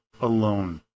alone